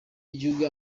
y’igihugu